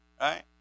Right